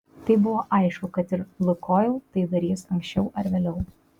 tai buvo aišku kad ir lukoil tai darys anksčiau ar vėliau